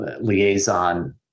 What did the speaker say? liaison